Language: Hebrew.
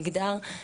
מגדר,